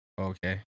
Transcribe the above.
Okay